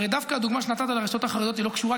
הרי דווקא הדוגמה שנתת על הרשויות החרדיות לא קשורה,